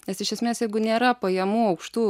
nes iš esmės jeigu nėra pajamų aukštų